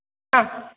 ആഹ്